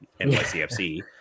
NYCFC